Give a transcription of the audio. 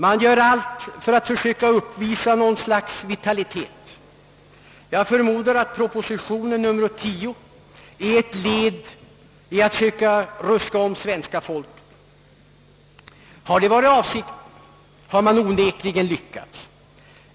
Man gör allt för att försöka uppvisa något slags vitalitet. Jag förmodar att proposition nr 10 är ett led i försöken att ruska om svenska folket. Har det varit avsikten har man onekligen lyckats.